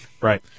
Right